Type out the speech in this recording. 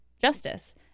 justice